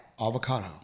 Avocado